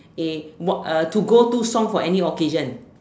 a what uh to go to song for any occasion